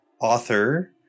author